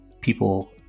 people